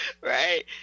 Right